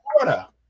Florida